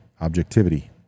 objectivity